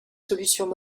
solutions